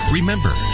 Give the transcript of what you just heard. Remember